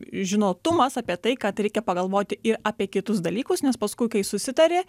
žinotumas apie tai kad reikia pagalvoti ir apie kitus dalykus nes paskui kai susitari